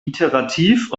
iterativ